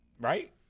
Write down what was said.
Right